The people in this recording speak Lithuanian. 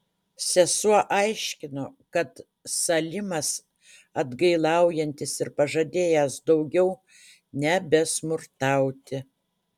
sesuo aiškino kad salimas atgailaujantis ir pažadėjęs daugiau nebesmurtauti